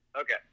Okay